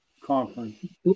conference